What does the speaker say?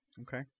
Okay